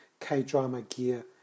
kdramagear